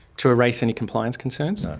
to erase any compliance concerns? no.